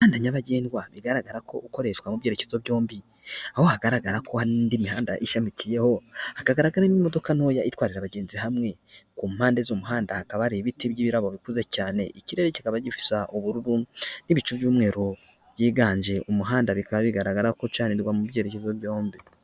Umuhanda nyabagendwa bigaragara ko ukoreshwa mu byerekezo byombi, aho hagaragara ko hari indi mihanda ishamikiyeho, hakagaragaramo imodoka ntoya itwara abagenzi hamwe, ku mpande z'umuhanda hakaba hari ibiti by'ibirabo bikuze cyane, ikirere kikaba gisa ubururu n'ibicu by'umweru byiganje, umuhanda bikaba bigaragara ko ucanirwa mu byerekezo byombi.